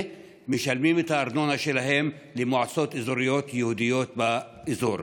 משלמים את הארנונה שלהם למועצות אזוריות יהודיות באזור.